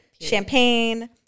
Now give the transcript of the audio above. Champagne